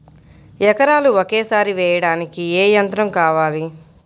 ఎకరాలు ఒకేసారి వేయడానికి ఏ యంత్రం వాడాలి?